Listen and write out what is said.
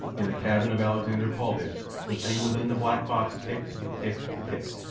in the cabin of alexander paulvitch the thing within the black box ticked, ticked, ticked,